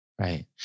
Right